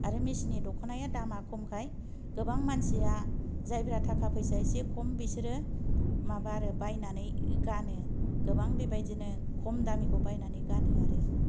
आरो मेसिननि दखनाया दामा खम खाय गोबां मानसिआ जायफ्रा थाखा फैसा एसे खम बिसोरो माबा आरो बायनानै गानो गोबां बेबायदिनो खम दामिखौ बायनानै गानो आरो